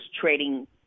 trading